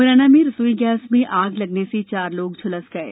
मुरैना में रसोई गैस में आग लगने से चार लोग झुलस गये